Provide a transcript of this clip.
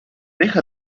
deja